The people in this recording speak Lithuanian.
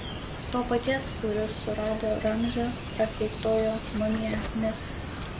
to paties kuris surado ramzio prakeiktojo mumiją mis